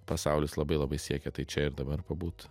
pasaulis labai labai siekia tai čia ir dabar pabūt